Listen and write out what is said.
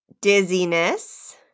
Dizziness